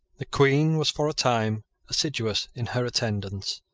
the queen was for a time assiduous in her attendance.